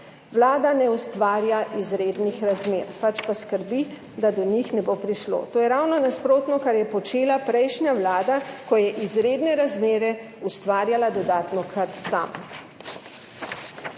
Vlada ne ustvarja izrednih razmer, pač pa skrbi, da do njih ne bo prišlo. To je ravno nasprotno, kot je počela prejšnja vlada, ko je izredne razmere ustvarjala dodatno kar sama.